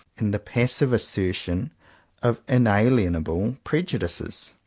and the passive assertion of inalienable prejudices.